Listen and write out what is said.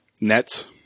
Nets